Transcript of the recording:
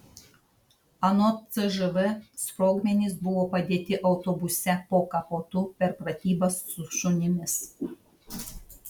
anot cžv sprogmenys buvo padėti autobuse po kapotu per pratybas su šunimis